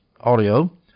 audio